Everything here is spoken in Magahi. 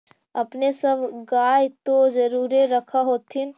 अपने सब गाय तो जरुरे रख होत्थिन?